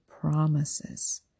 promises